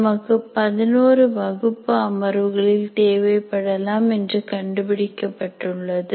நமக்கு 11 வகுப்பு அமர்வுகளில் தேவைப்படலாம் என்று கண்டுபிடிக்கப்பட்டுள்ளது